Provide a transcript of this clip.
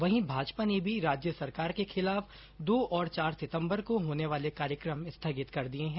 वहीं भाजपा ने भी राज्य सरकार के खिलाफ दो और चार सितंबर को होने वाले कार्यक्रम स्थगित कर दिए हैं